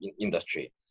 industry